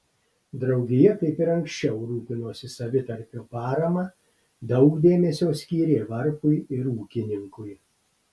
draugija kaip ir anksčiau rūpinosi savitarpio parama daug dėmesio skyrė varpui ir ūkininkui